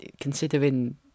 considering